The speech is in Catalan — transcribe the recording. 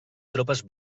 tropes